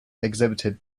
exhibited